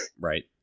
right